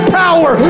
power